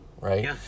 right